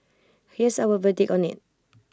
here's our verdict on IT